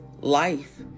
life